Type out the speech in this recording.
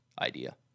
idea